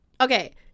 okay